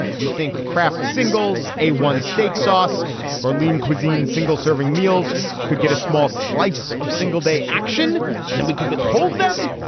you'd think kraft singles a one steak sauce or lean cuisine single serving meals could get a small slice of single day action and then we could withhold them.